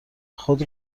خود